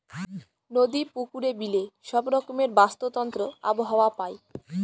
নদী, পুকুরে, বিলে সব রকমের বাস্তুতন্ত্র আবহাওয়া পায়